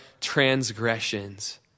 transgressions